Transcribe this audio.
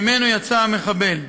שממנו יצא המחבל.